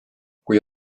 kui